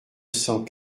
cent